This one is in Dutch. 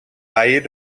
leien